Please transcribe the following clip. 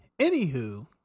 Anywho